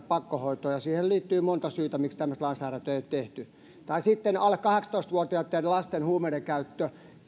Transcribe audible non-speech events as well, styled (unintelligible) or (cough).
(unintelligible) pakkohoitoon ja siihen liittyy monta syytä miksi tämmöistä lainsäädäntöä ei ole tehty ja sitten on alle kahdeksantoista vuotiaitten lasten huumeidenkäyttö